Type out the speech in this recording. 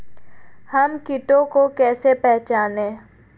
हम कीटों को कैसे पहचाने?